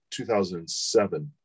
2007